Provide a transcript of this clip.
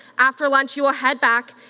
after lunch you will head back.